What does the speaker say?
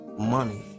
money